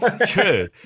true